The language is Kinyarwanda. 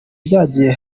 byagiye